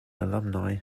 alumni